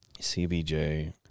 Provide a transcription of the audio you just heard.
CBJ